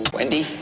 Wendy